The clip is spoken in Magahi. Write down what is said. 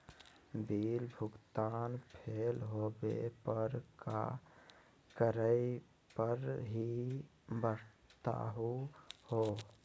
बिल भुगतान फेल होवे पर का करै परही, बताहु हो?